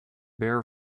bare